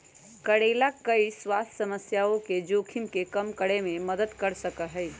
करेला कई स्वास्थ्य समस्याओं के जोखिम के कम करे में मदद कर सका हई